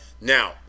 now